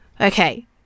Okay